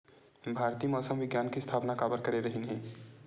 भारती मौसम विज्ञान के स्थापना काबर करे रहीन है?